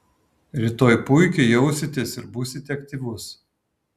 rytoj puikiai jausitės ir būsite aktyvus